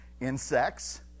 insects